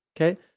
Okay